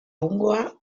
egungoa